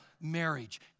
marriage